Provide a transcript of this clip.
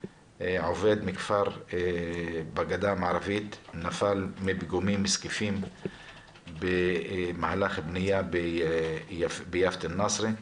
עובד מכפר בגדה המערבית נפל מפיגומים זקיפים במהלך בנייה ביפת אל-נסרה.